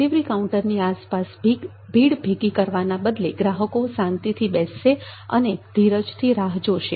delivery કાઉન્ટરની આસપાસ ભીડ ભેગી કરવાના બદલે ગ્રાહકો શાંતિથી બેસશે અને ધીરજથી રાહ જોશે